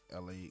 LA